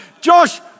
Josh